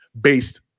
based